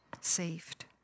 saved